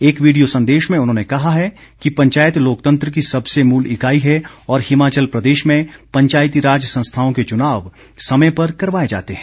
एक वीडियो संदेश में उन्होंने कहा है कि पंचायत लोकतंत्र की सबसे मूल इकाई है और हिमाचल प्रदेश में पंचायतीराज संस्थाओं के चुनाव समय पर करवाए जाते हैं